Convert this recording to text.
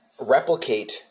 replicate